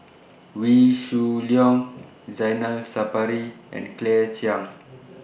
Wee Shoo Leong Zainal Sapari and Claire Chiang